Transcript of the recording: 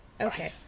Okay